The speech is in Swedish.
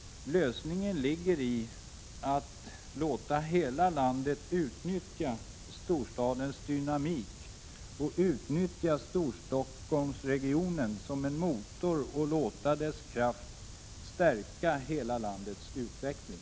Lösningen ligger i att låta hela landet utnyttja storstadens dynamik, att utnyttja Stockholmsregionen som en motor och låta dess kraft stärka hela landets utveckling.